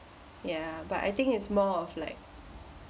ya but I think it's more of like